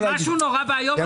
זה משהו נורא ואיום, הדבר הזה.